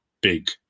big